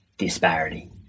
disparity